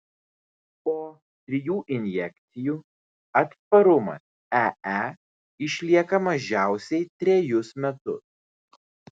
po trijų injekcijų atsparumas ee išlieka mažiausiai trejus metus